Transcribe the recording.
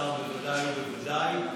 שר בוודאי ובוודאי,